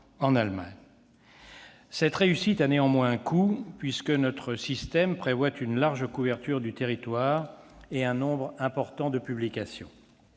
en Allemagne. Cette réussite a néanmoins un coût, notre système prévoyant une large couverture du territoire et un nombre important de publications.